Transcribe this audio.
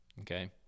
Okay